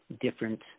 different